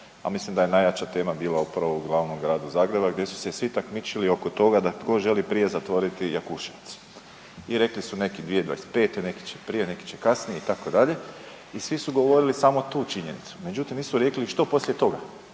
a mislim da je najjača tema bila upravo u glavnom gradu Zagrebu gdje su se svi takmičili oko toga da tko želi prije zatvoriti Jakuševac. I rekli su neki 2025., neki će prije, neki će kasnije, itd., i svi su govorili samo tu činjenicu. Međutim, nisu rekli što poslije toga.